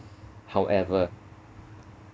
however